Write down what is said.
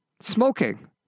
smoking